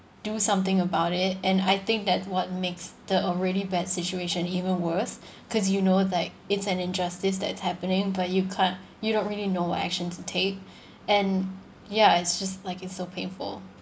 do something about it and I think that what makes the already bad situation even worse cause you know like it's an injustice that's happening but you can't you don't really know what actions to take and ya it's just like it's so painful